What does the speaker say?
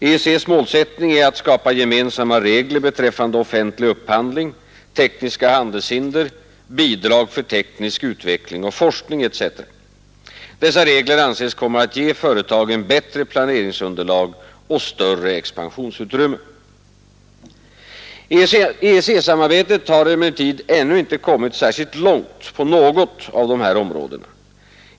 EEC:s målsättning är att skapa gemensamma regler beträffande offentlig upphandling, tekniska handelshinder, bidrag för teknisk utveckling och forskning etc. Dessa regler anses komma att ge företagen bättre planeringsunderlag och större expansionsutrymme. EEC-samarbetet har emellertid ännu inte kommit särskilt långt på något av dessa områden.